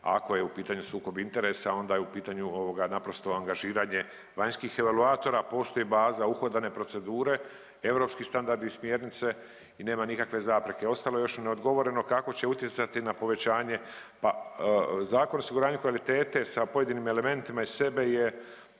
ako je u pitanju sukob interesa onda je u pitanju naprosto angažiranje vanjskih evaluatora. Postoji baza uhodane procedure, europski standardi i smjernice i nema nikakve zapreke. Ostalo je još neodgovoreno kako će utjecati na povećanje. Zakon o osiguranju kvalitete sa pojedinim elementima iz sebe je